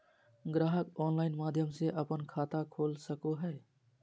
ग्राहक ऑनलाइन माध्यम से अपन खाता खोल सको हइ